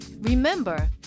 Remember